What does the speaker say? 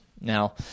Now